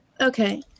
okay